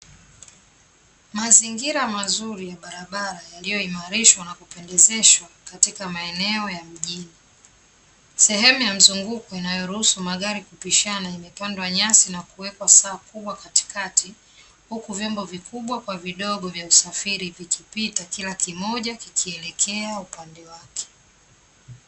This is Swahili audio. Mazingira mazuri ya barabara yaliyoimarishwa na kupendezeshwa katika maeneo ya mjini. Sehemu ya mzunguko inayoruhusu magari kupishana imepandwa nyasi na kuwekwa sawa kubwa katikati, huku viombo vikubwa kwa vidogo vya usafiri vikipita kila kimoja kikielekea upande wake.